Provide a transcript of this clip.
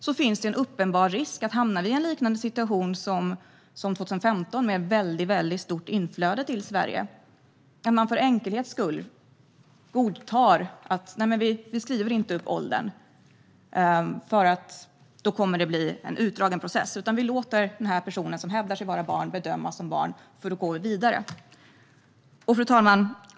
Därmed finns det en uppenbar risk för att vi hamnar i en liknande situation som 2015 med ett mycket stort inflöde till Sverige och att man för enkelhets skull inte skriver upp åldern för att det kommer att bli en utdragen process. Man låter i stället personen som säger sig vara ett barn bedömas som barn för att kunna gå vidare. Fru talman!